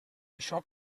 això